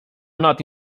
not